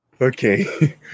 Okay